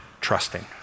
trusting